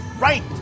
Right